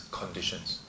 conditions